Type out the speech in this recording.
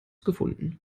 gefunden